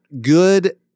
Good